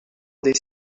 des